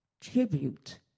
tribute